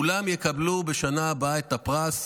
כולם יקבלו בשנה הבאה את הפרס,